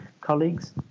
colleagues